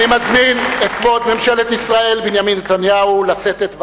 אני מזמין את כבוד ראש ממשלת ישראל בנימין נתניהו לשאת את דבריו,